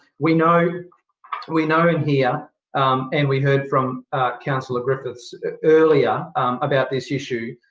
we know we know here and we heard from councillor griffiths earlier about this issue,